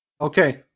Okay